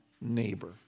neighbor